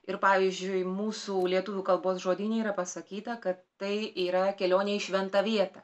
ir pavyzdžiui mūsų lietuvių kalbos žodyne yra pasakyta kad tai yra kelionė į šventą vietą